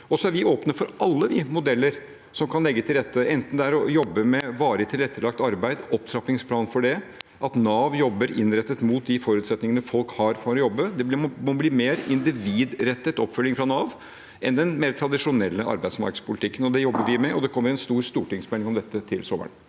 Vi er åpne for alle modeller som kan legge til rette – enten å jobbe med varig tilrettelagt arbeid, opptrappingsplan for det, eller at Nav jobber innrettet mot de forutsetningene folk har for å jobbe. Det må bli mer individrettet oppfølging fra Nav enn i den mer tradisjonelle arbeidsmarkedspolitikken. Det jobber vi med, og det kommer en stor stortingsmelding om dette til sommeren.